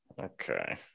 Okay